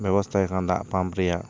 ᱵᱮᱵᱚᱥᱛᱟ ᱭᱟᱠᱚ ᱯᱟᱢᱯ ᱨᱮᱭᱟᱜ